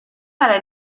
para